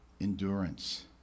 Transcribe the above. endurance